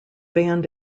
band